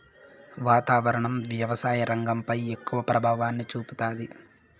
వాతావరణం వ్యవసాయ రంగంపై ఎక్కువ ప్రభావాన్ని చూపుతాది